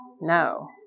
No